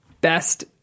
best